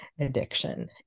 addiction